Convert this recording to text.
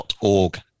org